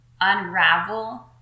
unravel